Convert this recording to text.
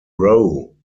rowe